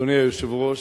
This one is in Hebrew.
אדוני היושב-ראש,